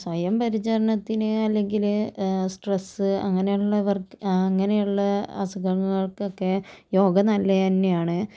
സ്വയം പരിചരണത്തിന് അല്ലെങ്കില്ല് സ്ട്രെസ്സ് അങ്ങനെയുള്ള വർക് അങ്ങനെയുള്ള അസുഖങ്ങൾക്കൊക്കെ യോഗ നല്ല തന്നെയാണ്